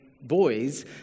boys